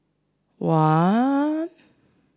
one